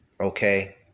okay